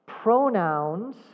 Pronouns